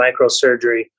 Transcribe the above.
microsurgery